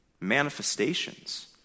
manifestations